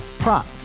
Prop